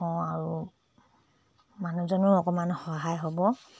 কওঁ আৰু মানুহজনৰো অকণমান সহায় হ'ব